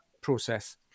process